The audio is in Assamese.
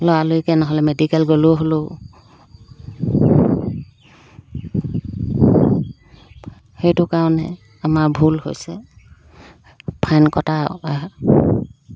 লৰালৰিকৈ নহ'লে মেডিকেল গ'লে হ'লেও সেইটো কাৰণে আমাৰ ভুল হৈছে ফাইন কটা